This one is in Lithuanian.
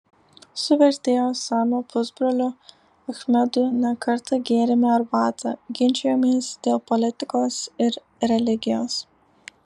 su vertėjo samio pusbroliu achmedu ne kartą gėrėme arbatą ginčijomės dėl politikos ir religijos